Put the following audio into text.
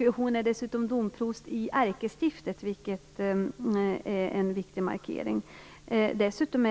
En av dem är dessutom domprost i ärkestiftet, vilket är en viktig markering. Dessutom